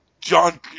John